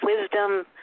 wisdom